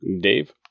Dave